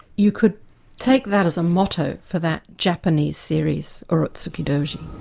you could take that as a motto for that japanese series, urotsukidoji.